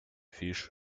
fish